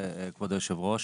כבוד היושב ראש,